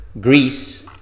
Greece